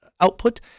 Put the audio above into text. output